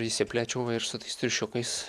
išsiplėčiau ir su tais triušiukais